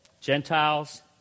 Gentiles